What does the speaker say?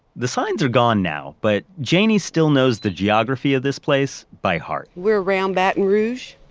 the signs are gone now, but janie still knows the geography of this place by heart we're around baton rouge,